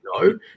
No